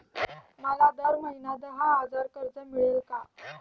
मला दर महिना दहा हजार कर्ज मिळेल का?